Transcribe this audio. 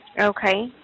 Okay